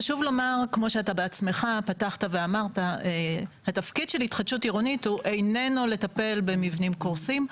חשוב לומר שהתפקיד של התחדשות עירונית הוא איננו לטפל במבנים קורסים.